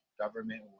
government